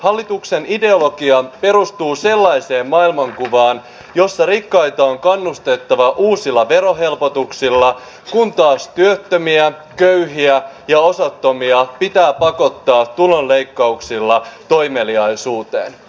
hallituksen ideologia perustuu sellaiseen maailmankuvaan jossa rikkaita on kannustettava uusilla verohelpotuksilla kun taas työttömiä köyhiä ja osattomia pitää pakottaa tulonleikkauksilla toimeliaisuuteen